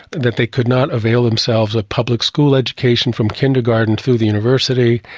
that they could not available themselves of public school education from kindergarten through the university,